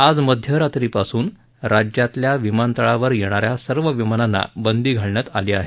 आज मध्यरात्रीपासून राज्यातल्या विमानतळावर येणा या सर्व विमानांना बंदी घालण्यात आली आहे